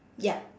ya